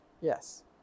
Yes